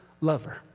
lover